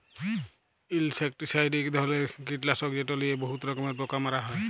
insecticide ইক ধরলের কিটলাসক যেট লিয়ে বহুত রকমের পোকা মারা হ্যয়